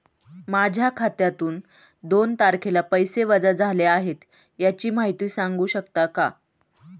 माझ्या खात्यातून दोन तारखेला पैसे वजा झाले आहेत त्याची माहिती सांगू शकता का?